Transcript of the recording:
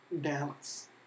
dance